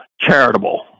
charitable